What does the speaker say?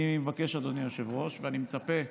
אני מבקש, אדוני היושב-ראש, ואני מצפה,